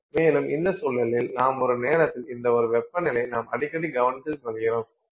மேலும் இந்த சூழலில் நாம் ஒரு நேரத்தில் இந்த ஒரு வெப்பநிலையை நாம் அடிக்கடி கவனித்தில் கொள்கிறோம்